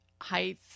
height